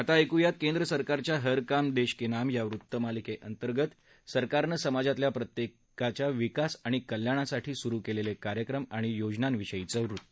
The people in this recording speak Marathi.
आता ऐकुयात केंद्र सरकारच्या हर काम दक्षी व आम या वृत्त मालिकक्रितर्गत सरकारनं समाजातल्या प्रत्यक्तीच्या विकास आणि कल्याणासाठी सुरु क्लिलिक्विर्यक्रम आणि योजनांविषयीचं वृत्त